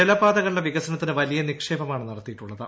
ജലപാതകളുടെ വികസനത്തിന് വലിയ നിക്ഷേപമാണ് നടത്തിയിട്ടുള്ളത്